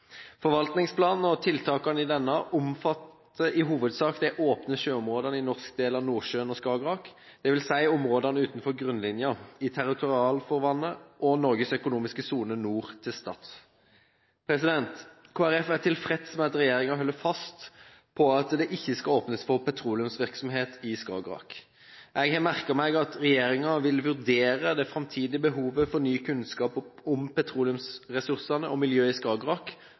Forvaltningsplanen og tiltakene i denne omfatter i hovedsak de åpne sjøområdene i norsk del av Nordsjøen og Skagerrak, dvs. områdene utenfor grunnlinjen, i territorialfarvannet og Norges økonomiske sone nord til Stad. Kristelig Folkeparti er tilfreds med at regjeringen holder fast ved at det ikke skal åpnes for petroleumsvirksomhet i Skagerrak. Jeg har merket meg at regjeringen vil vurdere det framtidige behovet for ny kunnskap om petroleumsressursene og miljøet i Skagerrak,